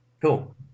cool